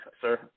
sir